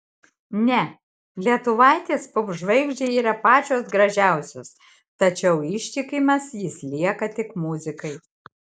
ne lietuvaitės popžvaigždei yra pačios gražiausios tačiau ištikimas jis lieka tik muzikai